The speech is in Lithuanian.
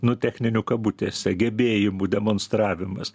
nu techninių kabutėse gebėjimų demonstravimas